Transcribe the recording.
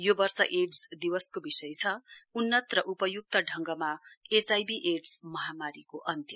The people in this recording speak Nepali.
यो वर्ष एड्स दिवसको विषय छ उन्नत र उपयुक्त ढंगमा एचआइभी एड्स महामारीको अन्त्य